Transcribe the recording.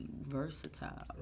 versatile